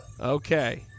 Okay